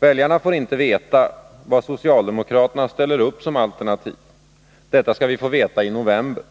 Väljarna får inte veta vad socialdemokraterna ställer upp som alternativ. Detta skall vi få veta i november.